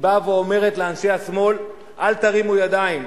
היא באה ואומרת לאנשי השמאל: אל תרימו ידיים.